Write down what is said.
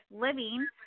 living